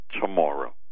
tomorrow